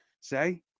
say